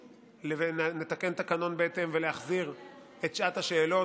נתקן את התקנון בהתאם ונחזיר את שעת השאלות,